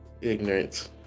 Ignorance